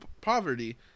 poverty